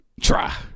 Try